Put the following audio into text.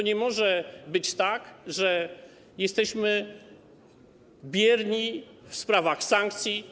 Nie może być tak, że jesteśmy bierni w sprawach sankcji.